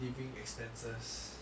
living expenses